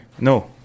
no